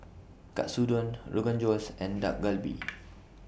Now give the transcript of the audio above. Katsudon Rogan Josh and Dak Galbi